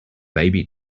baby